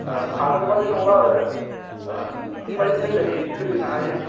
ए आगोलनि बादि नंला आरो दानो थांलाय फैलाय सोलिनो हायो